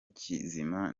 kizima